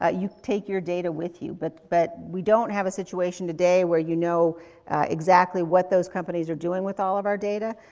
ah you take your data with you, but, but we don't have a situation today where you know exactly what those companies are doing with all of our data.